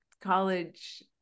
college